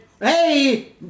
Hey